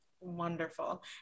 Wonderful